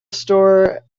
store